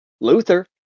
Luther